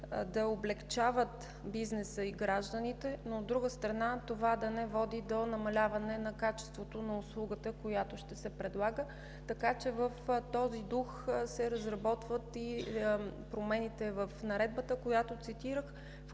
да облекчават бизнеса и гражданите, но, от друга страна, това да не води до намаляване на качеството на услугата, която ще се предлага. В този дух се разработват и промени в Наредбата, която цитирах,